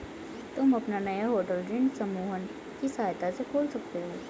तुम अपना नया होटल ऋण समूहन की सहायता से खोल सकते हो